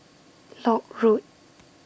Lock Road